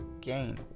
gain